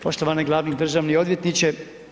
Poštovani glavni državni odvjetniče.